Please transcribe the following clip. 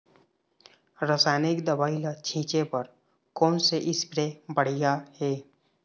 रासायनिक दवई ला छिचे बर कोन से स्प्रे बढ़िया हे?